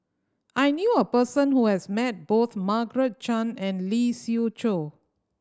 I knew a person who has met both Margaret Chan and Lee Siew Choh